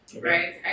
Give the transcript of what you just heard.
Right